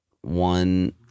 one